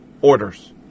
orders